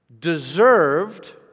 deserved